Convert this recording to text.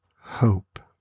hope